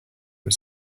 was